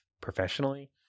professionally